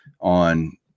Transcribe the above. on